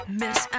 miss